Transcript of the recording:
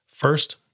First